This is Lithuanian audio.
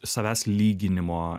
savęs lyginimo